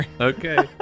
Okay